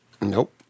Nope